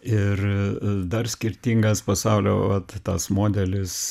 ir dar skirtingas pasaulio vat tas modelis